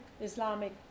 Islamic